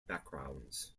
backgrounds